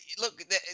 look